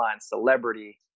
celebrity